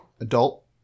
adult